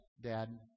Dad